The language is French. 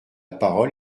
parole